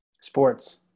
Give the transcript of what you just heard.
Sports